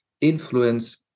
influence